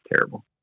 Terrible